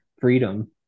freedom